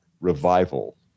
revival